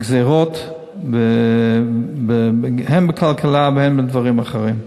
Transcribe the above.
גזירות הן בכלכלה והן בדברים אחרים.